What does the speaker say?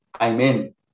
Amen